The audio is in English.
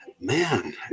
man